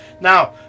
Now